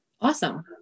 Awesome